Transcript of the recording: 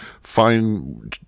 fine